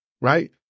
right